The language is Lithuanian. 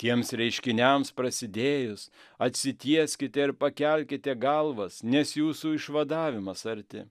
tiems reiškiniams prasidėjus atsitieskite ir pakelkite galvas nes jūsų išvadavimas arti